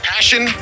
Passion